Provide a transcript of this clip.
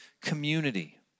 community